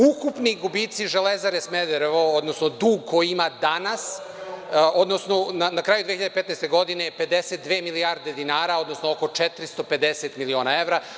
Ukupni gubici „Železare Smederevo“, odnosno dug koji ima danas, odnosno na kraju 2015. godine je 52 milijarde dinara, odnosno oko 450 miliona evra.